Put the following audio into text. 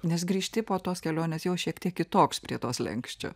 nes grįžti po tos kelionės jau šiek tiek kitoks prie to slenksčio